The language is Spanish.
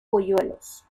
polluelos